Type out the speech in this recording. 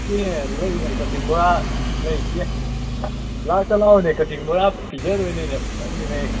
ꯑꯦ ꯂꯩ ꯂꯩ ꯀꯛꯆꯤꯡ ꯕꯣꯔꯥ ꯂꯩ ꯑꯦ ꯂꯥꯛꯇ ꯂꯥꯛꯑꯣꯅꯦ ꯀꯛꯆꯤꯡ ꯕꯣꯔꯥ ꯄꯤꯖꯗꯣꯏꯅꯤꯅꯦ ꯄꯩꯉꯩ